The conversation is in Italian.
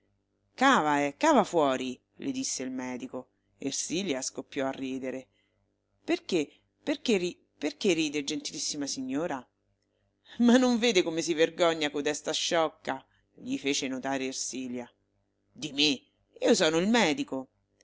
cava eh cava fuori le disse il medico ersilia scoppiò a ridere perché perché ri perché ride gentilissima signora ma non vede come si vergogna codesta sciocca gli fece notare ersilia di me io sono il medico